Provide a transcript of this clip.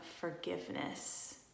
forgiveness